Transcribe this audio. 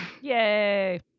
Yay